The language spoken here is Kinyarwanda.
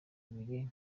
abiri